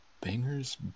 Banger's